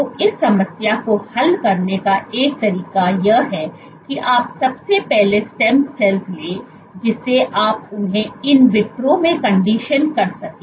तो इस समस्या को हल करने का एक तरीका यह है कि आप सबसे पहले स्टेम सेल लें जिससे आप उन्हें in vitro में कंडीशन कर सकें